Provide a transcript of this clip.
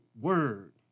Word